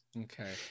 Okay